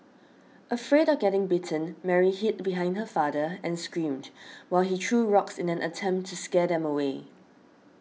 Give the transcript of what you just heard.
afraid of getting bitten Mary hid behind her father and screamed while he threw rocks in an attempt to scare them away